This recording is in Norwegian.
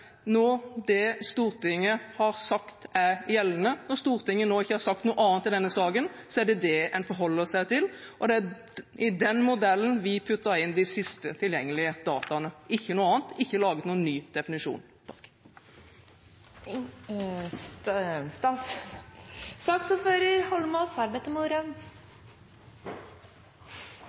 nå det Stortinget har sagt er gjeldende. Når Stortinget nå ikke har sagt noe annet i denne saken, er det det en forholder seg til, og det er i den modellen vi putter inn de siste tilgjengelige dataene – ikke noe annet; det er ikke laget noen ny definisjon.